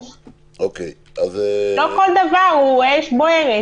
ולא בחדרי חדרים כשאנחנו לא רואים.